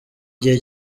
gihe